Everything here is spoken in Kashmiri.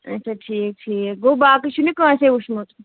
اَچھا ٹھیٖک ٹھیٖک گوٚو باقٕے چھُے نہٕ کٲنسہِ وٕچھمُت